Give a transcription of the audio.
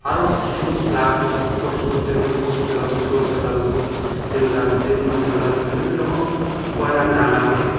আরও কিছু লাগবে পোস্ত করতে গেলে পোস্তের সর্ষে লাগবে তেল লাগবে তেল মশলা লাগবে বিভিন্ন রকম উপায়ে আমি রান্না করি